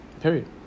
Period